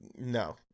no